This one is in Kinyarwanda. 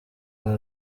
nta